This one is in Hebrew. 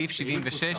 בעד 4 נמנעים 3 אושר.